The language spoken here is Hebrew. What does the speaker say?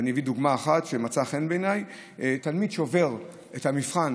ואני אביא דוגמה אחת שמצאה חן בעיניי: תלמיד שעובר את המבחן